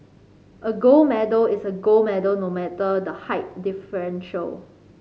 a gold medal is a gold medal no matter the height differential